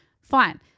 Fine